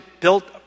built